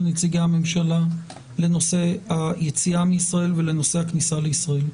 נציגי הממשלה לנושא היציאה מישראל ולנושא הכניסה לישראל.